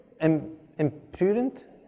impudent